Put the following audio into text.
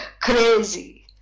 crazy